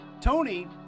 Tony